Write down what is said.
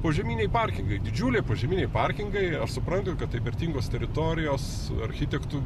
požeminiai parkingai didžiuliai požeminiai parkingai aš suprantu kad tai vertingos teritorijos architektų